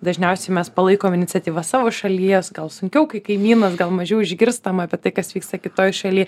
dažniausiai mes palaikom iniciatyvas savo šalies gal sunkiau kai kaimynas gal mažiau išgirstama apie tai kas vyksta kitoje šaly